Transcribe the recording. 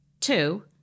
Two